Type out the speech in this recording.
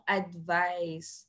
advice